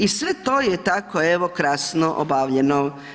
I sve to je tako evo krasno obavljeno.